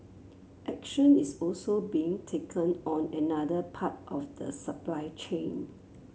action is also being taken on another part of the supply chain